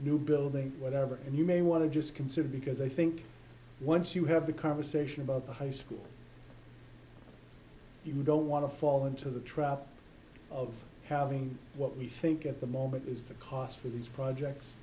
new building or whatever and you may want to just consider because i think once you have a conversation about the high school you don't want to fall into the trap of having what we think at the moment is the cost for these projects